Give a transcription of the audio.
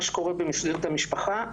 מה שקורה במסגרת המשפחה,